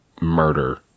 murder